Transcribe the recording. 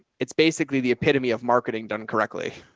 it's basically the epitome of marketing done correctly.